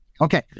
Okay